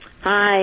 Hi